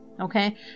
Okay